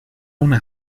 una